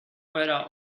weather